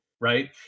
right